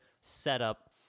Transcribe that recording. setup